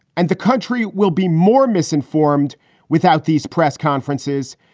and the country will be more misinformed without these press conferences,